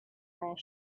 their